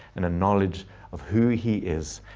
and a knowledge of who he is,